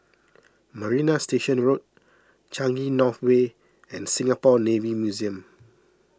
Marina Station Road Changi North Way and Singapore Navy Museum